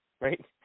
right